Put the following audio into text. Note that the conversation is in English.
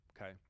okay